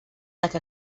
like